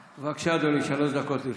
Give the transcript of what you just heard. בבקשה, אדוני, שלוש דקות לרשותך.